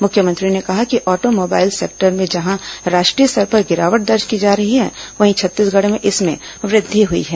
मुख्यमंत्री ने कहा कि आटो मोबाइल सेक्टर में जहां राष्ट्रीय स्तर पर गिरावट दर्ज की जा रही है वहीं छत्तीसगढ में इसमें वृद्धि हई है